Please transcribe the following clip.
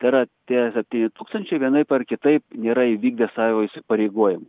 tai yra tie septyni tūkstančiai vienaip ar kitaip nėra įvykdę savo įsipareigojimų